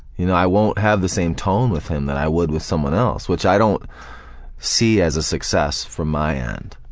you know i won't have the same tone with him that i would with someone else, which i don't see as a success from my end.